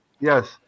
Yes